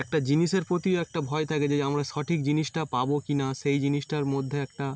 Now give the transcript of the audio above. একটা জিনিসের প্রতি একটা ভয় থাকে যে আমরা সঠিক জিনিসটা পাবো কি না সেই জিনিসটার মধ্যে একটা